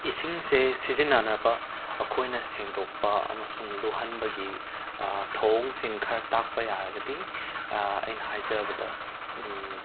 ꯏꯁꯤꯡꯁꯦ ꯁꯤꯖꯤꯟꯅꯅꯕ ꯑꯩꯈꯣꯏꯅ ꯁꯦꯡꯗꯣꯛꯄ ꯑꯃꯁꯨꯡ ꯂꯨꯍꯟꯕꯒꯤ ꯊꯧꯑꯣꯡꯁꯤ ꯈꯔ ꯇꯥꯛꯄ ꯌꯥꯔꯒꯗꯤ ꯑꯩꯅ ꯍꯥꯏꯖꯕꯗ